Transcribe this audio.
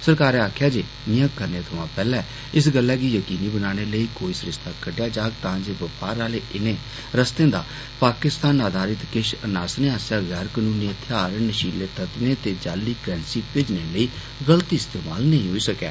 सरकारै आक्खेआ जे इयां करने थमां पैहले इस गल्लै गी यकीनी बनाने लेई कोई सरिस्ता कड़ढेआ जाग तां जे बपार आहले इनें रस्ते दा पाकिस्तान आधारित किष अनासरे आस्सेआ गैर कनूनी हथियार नषीलें तत्व ते जाली क्रैन्सी भेजने लेई गल्त इस्तेमाल नेई होई सकै